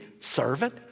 servant